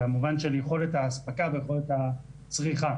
במובן של יכולת האספקה ויכולת הצריכה.